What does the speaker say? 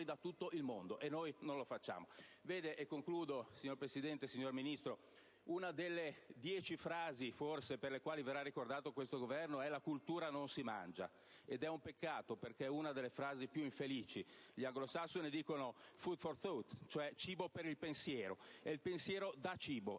da tutto il mondo, mentre noi non lo facciamo. Signor Presidente, signor Ministro, una delle dieci frasi per le quali forse verrà ricordato questo Governo è che «la cultura non si mangia», ed è un peccato, perché è una delle più infelici. Gli anglosassoni dicono invece *food for thought*, cioè cibo per il pensiero: il pensiero dà cibo